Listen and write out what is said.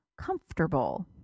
comfortable